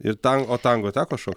ir tango o tango teko šokt